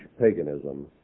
paganism